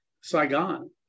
Saigon